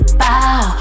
bow